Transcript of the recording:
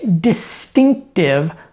distinctive